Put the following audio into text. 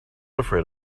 afraid